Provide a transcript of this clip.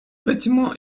bâtiment